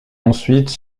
ensuite